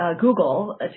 Google